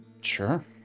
sure